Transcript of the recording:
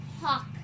hawk